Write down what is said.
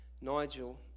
Nigel